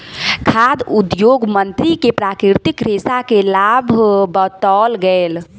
खाद्य उद्योग मंत्री के प्राकृतिक रेशा के लाभ बतौल गेल